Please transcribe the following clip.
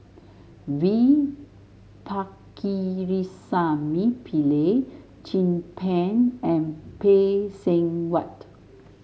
V Pakirisamy Pillai Chin Peng and Phay Seng Whatt